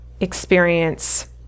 experience